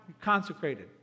consecrated